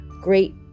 great